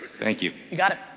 thank you. you got it.